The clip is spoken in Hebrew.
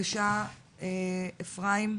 אפרים הרו,